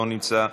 לא נמצא,